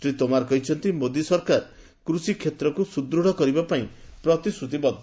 ଶ୍ରୀ ତୋମାର କହିଛନ୍ତି ମୋଦି ସରକାର କୃଷିକ୍ଷେତ୍ରକୁ ସୁଦୃଢ଼ କରିବାପାଇଁ ପ୍ରତିଶ୍ରତିବଦ୍ଧ